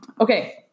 Okay